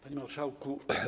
Panie Marszałku!